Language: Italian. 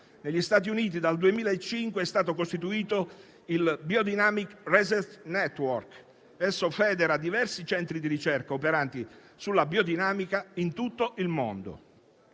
Negli Stati Uniti, dal 2005 è stato costituito il **Biodynamic Research Network,** che federa diversi centri di ricerca operanti nella biodinamica in tutto il mondo.